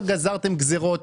רק גזרתם גזרות,